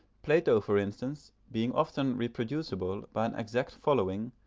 plato, for instance, being often reproducible by an exact following,